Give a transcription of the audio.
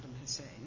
Hussein